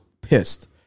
pissed